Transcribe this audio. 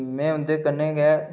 में उंदे कन्नै गै